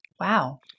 Wow